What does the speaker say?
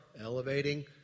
elevating